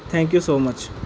thank you so much